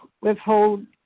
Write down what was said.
withhold